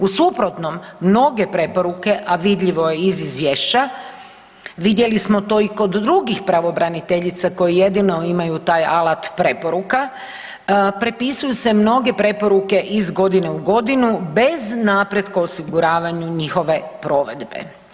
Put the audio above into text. U suprotnom, mnoge preporuke, a vidljivo je iz Izvješća, vidjeli smo to i kod drugih pravobraniteljica koje jedino imaju taj alat preporuka, prepisuju se mnoge preporuke iz godine u godinu bez napretka o osiguravanju njihove provedbe.